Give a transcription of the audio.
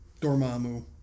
Dormammu